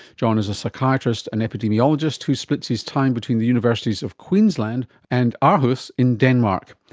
john is a psychiatrist and epidemiologist who splits his time between the universities of queensland and aarhus in denmark.